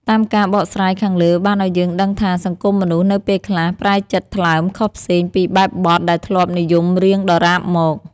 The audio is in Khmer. តាមការបកស្រាយខាងលើបានអោយយើងដឹងថា សង្គមមនុស្ស នៅពេលខ្លះ ប្រែចិត្តថ្លើមខុសផ្សេងពីបែបបទដែលធ្លាប់និយមរៀងដរាបមក។